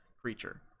creature